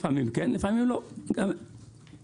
לפעמים כן ולפעמים לא, גם הם משחקים.